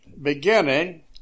Beginning